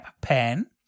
pan